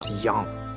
young